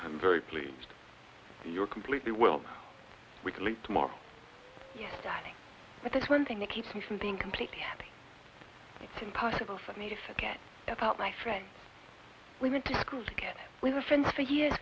i'm very pleased that you're completely well we sleep more but there's one thing that keeps me from being completely happy it's impossible for me to forget about my friends we went to school together we were friends for years